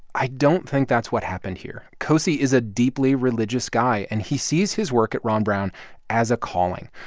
i don't think that's what happened here. cosey is a deeply religious guy, and he sees his work at ron brown as a calling.